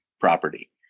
property